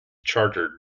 charted